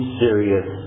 serious